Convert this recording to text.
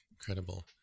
Incredible